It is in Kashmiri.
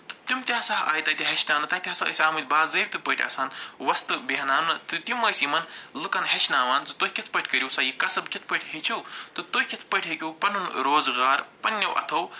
تہٕ تِم تہِ ہسا آیہِ تَتہِ ہیٚچھناونہٕ تَتہِ ہسا ٲسۍ آمٕتۍ باضٲبطہٕ پٲٹھۍ آسان وۄستہٕ بیٚہناونہٕ تہٕ تِم ٲسۍ یِمَن لُکَن ہیٚچھناوان زِ تُہۍ کِتھ پٲٹھۍ کٔرِو سا یہِ کَسٕب کِتھ پٲٹھۍ ہیٚچھِو تہٕ تُہۍ کِتھ پٲٹھۍ ہیٚکِو پَنُن روزٕگار پَنٛنیو اَتھَو